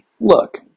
look